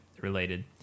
related